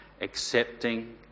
accepting